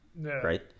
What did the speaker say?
right